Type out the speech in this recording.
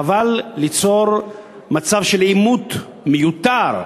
חבל ליצור מצב של עימות מיותר,